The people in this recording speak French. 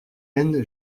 end